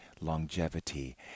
longevity